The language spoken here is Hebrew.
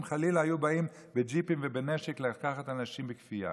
אם חלילה היו באים בג'יפים ובנשק לקחת אנשים בכפייה.